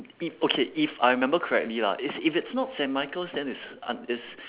if okay if I remember correctly lah is if it's not saint michael's then it's uh it's